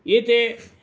एतानि